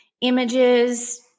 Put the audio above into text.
images